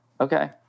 okay